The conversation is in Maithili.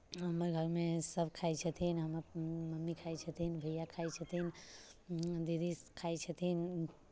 हमर घरमे सभ खाइत छथिन हमर मम्मी खाइत छथिन भैया खाइत छथिन दीदी खाइत छथिन